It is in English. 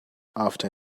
after